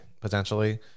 potentially